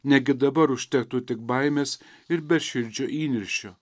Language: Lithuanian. negi dabar užtektų tik baimės ir beširdžio įniršio